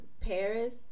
Paris